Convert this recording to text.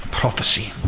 Prophecy